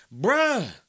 Bruh